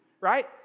right